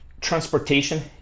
transportation